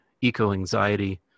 eco-anxiety